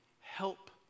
Help